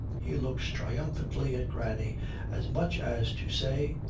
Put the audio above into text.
he looks triumphantly at granny as much as to say,